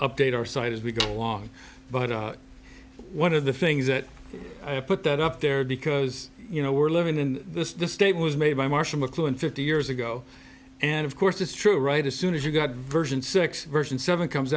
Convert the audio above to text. update our site as we go along but one of the things that put that up there because you know we're living in this state was made by marshall mcluhan fifty years ago and of course it's true right as soon as you got version six version seven comes